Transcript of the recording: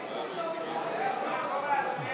מה קורה, אדוני